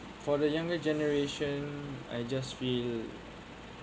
for the younger generation I just feel